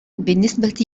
بالنسبة